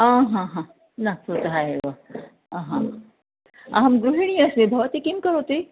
आ हा हा नागपुरतः एव आ हा अहं गृहिणी अस्मि भवती किं करोति